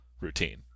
routine